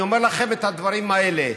אני אומר לכם את הדברים האלה,